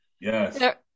Yes